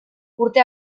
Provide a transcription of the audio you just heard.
urte